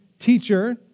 teacher